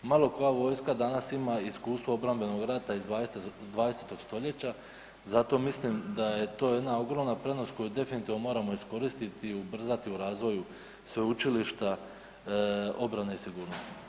Malo koja vojska danas ima iskustvo obrambenog rata iz 20. stoljeća zato mislim da je to jedna ogromna prednost koju definitivno moramo iskoristiti i ubrzati u razvoju Sveučilišta obrane i sigurnosti.